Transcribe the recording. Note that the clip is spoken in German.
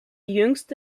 jüngste